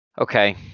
Okay